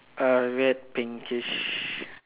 err red pinkish